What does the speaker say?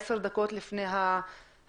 עשר דקות לפני האירוע.